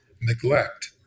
neglect